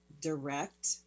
direct